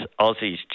Aussies